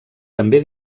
també